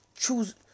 Choose